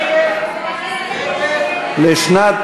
לשנת